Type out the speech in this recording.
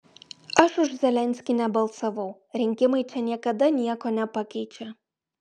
aš už zelenskį nebalsavau rinkimai čia niekada nieko nepakeičia